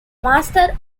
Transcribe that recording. master